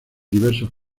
diversos